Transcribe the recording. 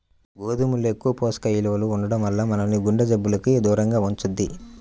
గోధుమల్లో ఎక్కువ పోషక విలువలు ఉండటం వల్ల మనల్ని గుండె జబ్బులకు దూరంగా ఉంచుద్ది